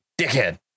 dickhead